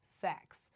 sex